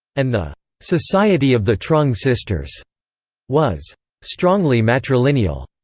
and the society of the trung sisters was strongly matrilineal.